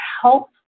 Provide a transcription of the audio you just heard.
help